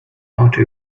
auto